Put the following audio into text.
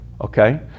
okay